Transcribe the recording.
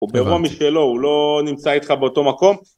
‫הוא באירוע משלו, ‫הוא לא נמצא איתך באותו מקום?